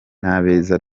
n’abeza